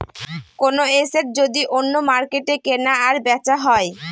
কোনো এসেট যদি অন্য মার্কেটে কেনা আর বেচা হয়